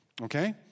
Okay